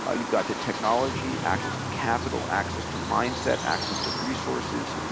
ah you've got the technology, access to capital, access to mindset, access to resources,